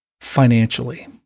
financially